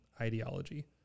ideology